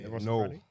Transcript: no